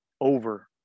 over